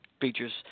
features –